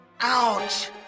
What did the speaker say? Ouch